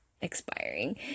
expiring